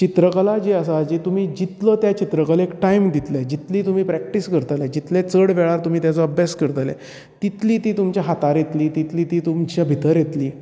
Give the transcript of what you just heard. चित्रकला जी आसा जी तुमी जितलो त्या चित्रकलेक टायम दितलें जितली तुमी प्रॅक्टीस करतले जितलें चड वेळार तुमी अभ्यास करतलें तितली ती तुमच्या हातार येतली तितली ती तुमच्या भितर येतली